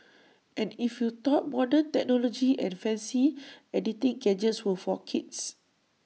and if you thought modern technology and fancy editing gadgets were for kids